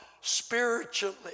spiritually